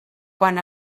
quan